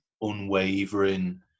unwavering